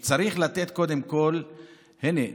הינה,